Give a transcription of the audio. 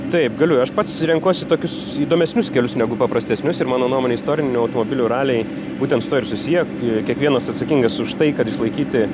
taip galiu aš pats renkuosi tokius įdomesnius kelius negu paprastesnius ir mano nuomone istorinių automobilių raliai būtent su tuo ir susiję ir kiekvienas atsakingas už tai kad išlaikyti